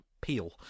Peel